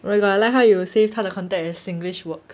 oh my god I like how you saved contact as singlish work